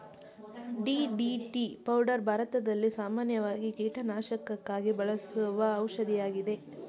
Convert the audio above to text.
DDT powder ಭಾರತದಲ್ಲಿ ಸಾಮಾನ್ಯವಾಗಿ ಕೀಟನಾಶಕಕ್ಕಾಗಿ ಬಳಸುವ ಔಷಧಿಯಾಗಿದೆ